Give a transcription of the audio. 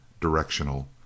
directional